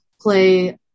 play